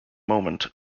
moment